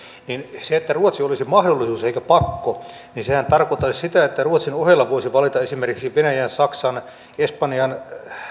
sehän että ruotsi olisi mahdollisuus eikä pakko tarkoittaisi sitä että ruotsin sijasta voisi valita esimerkiksi venäjän saksan espanjan